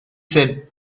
said